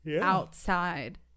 outside